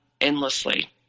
endlessly